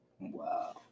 Wow